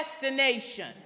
destination